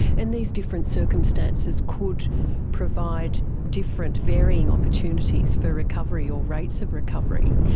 and these different circumstances could provide different varying opportunities for recovery or rates of recovery.